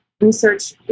research